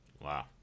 Wow